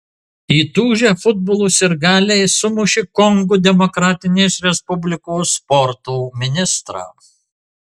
įtūžę futbolo sirgaliai sumušė kongo demokratinės respublikos sporto ministrą